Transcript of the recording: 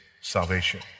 salvation